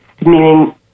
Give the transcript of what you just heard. meaning